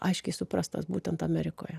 aiškiai suprastas būtent amerikoje